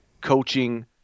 coaching